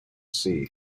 sea